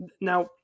Now